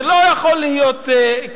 זה לא יכול להיות ככה.